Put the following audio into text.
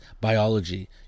biology